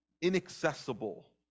inaccessible